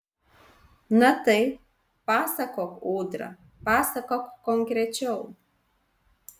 na tai pasakok ūdra pasakok konkrečiau